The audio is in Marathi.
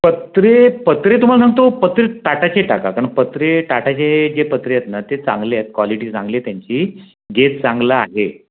पत्रे पत्रे तुम्हाला सांगतो पत्रे टाटाचेच टाका कारण पत्रे टाटाचे जे पत्रे आहेत ना ते चांगले आहेत कॉलीटी चांगली आहे त्यांची गेज चांगलं आहे